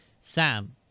Sam